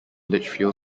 lichfield